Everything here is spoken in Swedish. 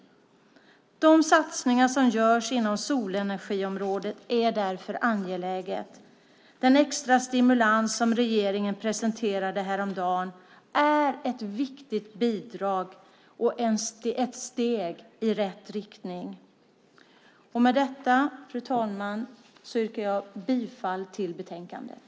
De satsningar som görs inom solenergiområdet är därför angelägna. Den extra stimulans som regeringen presenterade häromdagen är ett viktigt bidrag och ett steg i rätt riktning. Fru talman! Med detta yrkar jag bifall till förslaget i betänkandet.